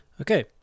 Okay